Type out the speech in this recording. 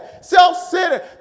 self-centered